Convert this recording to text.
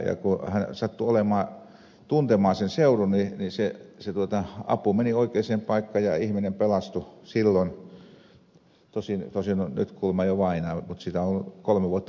kun hän sattui tuntemaan sen seudun niin apu meni oikeaan paikkaan ja ihminen pelastui silloin tosin on nyt kuulemma jo vainaa mutta siitä on kolme vuotta aikaa